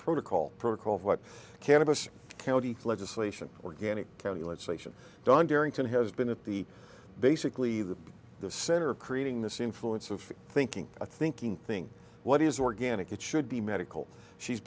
protocol protocol what cannabis county legislation organic county legislation done barrington has been at the basically the the center of creating this influence of thinking thinking thing what is organic it should be medical she's